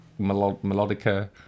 melodica